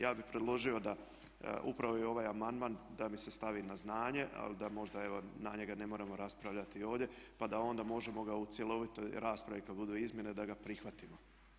Ja bi predložio da upravo i ovaj amandman da mi se stavi na znanje, ali da možda na njega ne moramo raspravljati ovdje pa da onda možemo ga u cjelovitoj raspravi kad budu izmjene da ga prihvatimo.